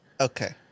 Okay